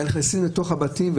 אלא נכנסים לתוך הבתים,